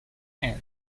end